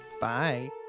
bye